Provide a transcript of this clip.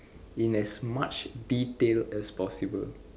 in as much detail as possible